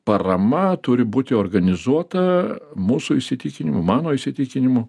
parama turi būti organizuota mūsų įsitikinimu mano įsitikinimu